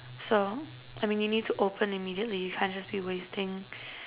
so I mean you need to open immediately you can't just be wasting